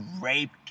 raped